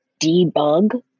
debug